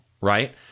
right